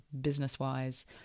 business-wise